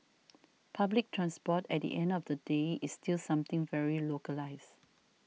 public transport at the end of the day is still something very localised